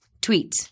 Tweets